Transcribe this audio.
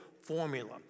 formula